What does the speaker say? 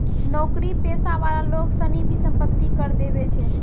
नौकरी पेशा वाला लोग सनी भी सम्पत्ति कर देवै छै